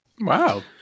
wow